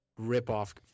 Rip-off